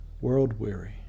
world-weary